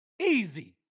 easy